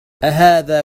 أهذا